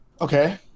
Okay